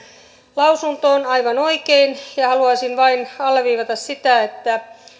lausuntoon aivan oikein ja ja haluaisin vain alleviivata sitä että